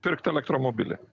pirkti elektromobilį